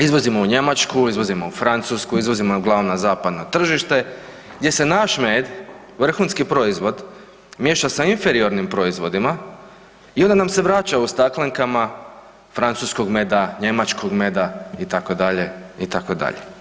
Izvozimo u Njemačku, izvozimo u Francusku, izvozimo uglavnom na zapadno tržište gdje se naš med, vrhunski proizvod miješa sa inferiornim proizvodima i onda nam se vraća u staklenkama francuskog meda, njemačkog meda, itd., itd.